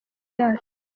yacu